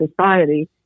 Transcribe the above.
society